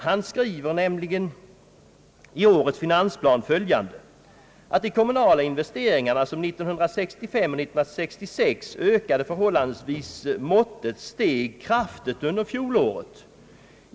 Han skriver nämligen i årets finansplan följande: »De kommunala investeringarna, som 1965 och 1966 ökade förhållandevis måttligt, steg kraftigt under fjolåret.